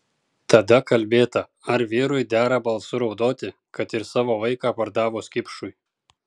tada kalbėta ar vyrui dera balsu raudoti kad ir savo vaiką pardavus kipšui